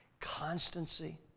constancy